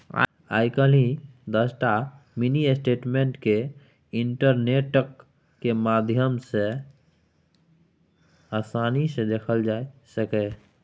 आइ काल्हि दसटा mini statement केँ इंटरनेटक माध्यमे आसानी सँ देखल जा सकैए